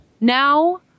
Now